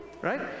right